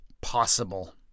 possible